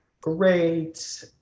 great